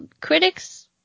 critics